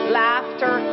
laughter